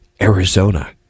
Arizona